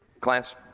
class